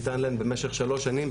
ניתן להן במשך שלוש שנים,